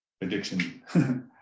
addiction